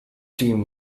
team